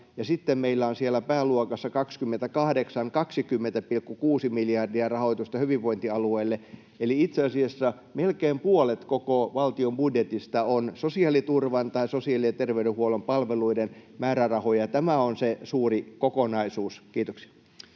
sitten meillä on siellä pääluokassa 28 hyvinvointialueille rahoitusta 20,6 miljardia, eli itse asiassa melkein puolet koko valtion budjetista on sosiaaliturvan tai sosiaali‑ ja terveydenhuollon palveluiden määrärahoja. Tämä on se suuri kokonaisuus. — Kiitoksia.